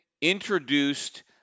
introduced